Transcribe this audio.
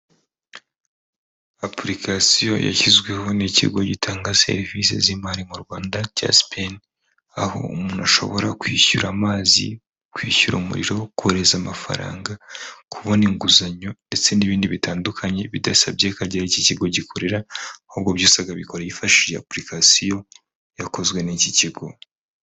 Apurikasiyo yashyizweho n'ikigo gitanga serivisi z'imari mu Rwanda cya Sipeyini, aho umuntu ashobora: kwishyura amazi, kwishyura umuriro, kohereza amafaranga, kubona inguzanyo ndetse n'ibindi bitandukanye bidasabye ko agera aho iki kigo gikorera; ahubwo byose akabikora yifashishije apurikasiyo yakozwe n'iki kigo.